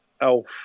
Elf